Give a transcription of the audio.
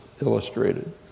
illustrated